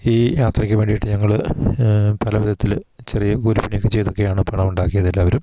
ഈ യാത്രയ്ക്ക് വേണ്ടിയിട്ട് ഞങ്ങൾ പല വിധത്തിൽ ചെറിയ കൂലിപ്പണിയൊക്കെ ചെയ്തൊക്കെയാണ് പണം ഉണ്ടാക്കിയത് എല്ലാവരും